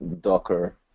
Docker